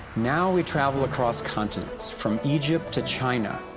now we travel across continents, from egypt to china,